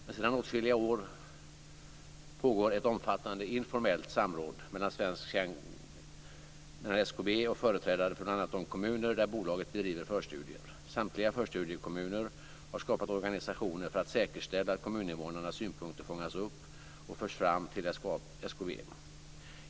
Men sedan åtskilliga år pågår ett omfattande informellt samråd mellan SKB och företrädare för bl.a. de kommuner där bolaget bedriver förstudier. Samtliga förstudiekommuner har skapat organisationer för att säkerställa att kommuninvånarnas synpunkter fångas upp och förs fram till SKB.